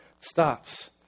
stops